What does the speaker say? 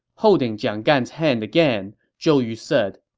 holding jiang gan's hand again, zhou yu said,